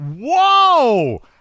Whoa